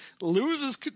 Loses